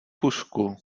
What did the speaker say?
pušku